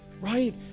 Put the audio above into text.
right